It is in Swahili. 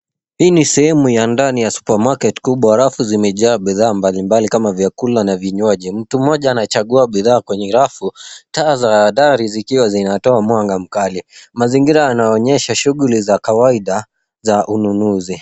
Hii ni sehemu ya ndani ya supermarket kubwa. Rafu zimejaa bidhaa mbalimbali kama vyakula na vinywaji. Mtu mmoja anachagua bidhaa kwenye rafu. Taa za dari zikiwa zinatoa mwanga mkali. Mazingira yanaonyesha shughuli za kawaida za ununuzi.